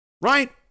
Right